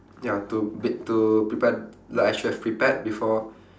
ya to b~ to prepare like I should have prepared before